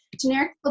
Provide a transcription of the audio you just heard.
generic